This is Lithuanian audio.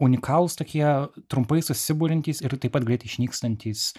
unikalūs tokie trumpai susiburiantys ir taip pat greit išnykstantys